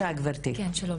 כן, שלום.